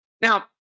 now